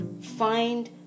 Find